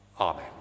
Amen